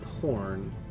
horn